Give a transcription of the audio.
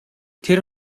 тэр